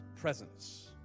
presence